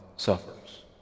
suffers